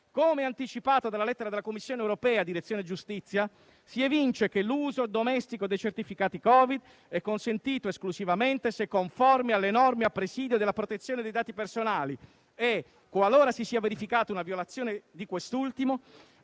Come anticipato dalla lettera della Direzione giustizia della Commissione europea si evince che l'uso domestico dei certificati Covid è consentito esclusivamente se conformi alle norme a presidio della protezione dei dati personali e non qualora si sia verificata una violazione di quest'ultima